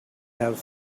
have